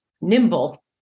Nimble